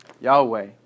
Yahweh